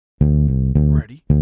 Ready